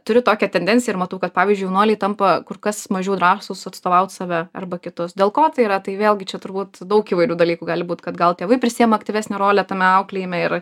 turiu tokią tendenciją ir matau kad pavyždžiui jaunuoliai tampa kur kas mažiau drąsūs atstovaut save arba kitus dėl ko tai yra tai vėlgi čia turbūt daug įvairių dalykų gali būt kad gal tėvai prisiima aktyvesnę rolę tame auklėjime ir